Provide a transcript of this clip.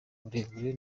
uburebure